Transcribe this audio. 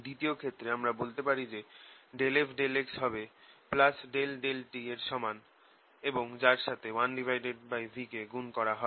দ্বিতীয় ক্ষেত্রে আমরা বলতে পারি যে ∂f∂x হবে ∂t এর সমান এবং যার সাথে 1v কে গুণ করা হয়